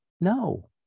No